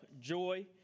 joy